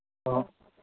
ꯑꯣ